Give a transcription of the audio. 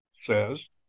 says